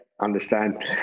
understand